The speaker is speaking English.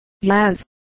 yes